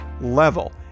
level